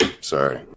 Sorry